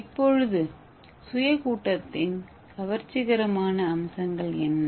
இப்போது சுய கூட்டத்தின் கவர்ச்சிகரமான அம்சங்கள் என்ன